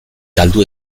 galdu